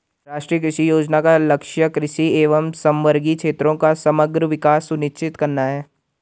राष्ट्रीय कृषि योजना का लक्ष्य कृषि एवं समवर्गी क्षेत्रों का समग्र विकास सुनिश्चित करना है